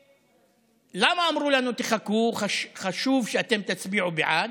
למה אמרו לנו: תחכו, חשוב שאתם תצביעו בעד?